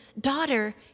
daughter